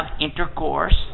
intercourse